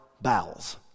bowels